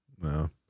no